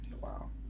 Wow